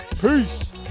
Peace